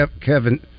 Kevin